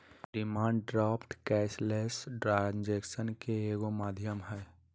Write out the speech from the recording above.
demand draft cashless ट्रांजेक्शनन के एगो माध्यम हइ